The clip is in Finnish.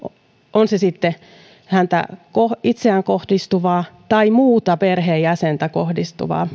on se sitten häneen itseensä kohdistuvaa tai muuhun perheenjäseneen kohdistuvaa